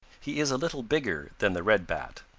he is a little bigger than the red bat.